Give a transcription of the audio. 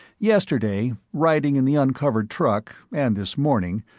yesterday, riding in the uncovered truck, and this morning,